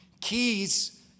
Keys